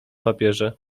papierze